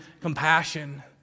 compassion